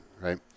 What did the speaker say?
Right